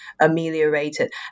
ameliorated